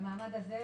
למעמד הזה.